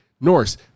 norse